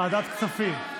ועדת כספים.